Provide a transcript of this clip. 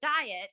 diet